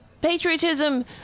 patriotism